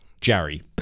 Jerry